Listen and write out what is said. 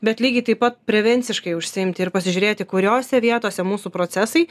bet lygiai taip pat prevenciškai užsiimti ir pasižiūrėti kuriose vietose mūsų procesai